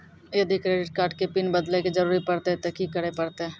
यदि credit card के PIN बदले के जरूरी परतै ते की करे परतै?